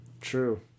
True